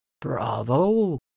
Bravo